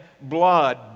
blood